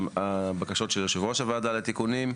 והבקשות של יושב ראש הוועדה לתיקונים.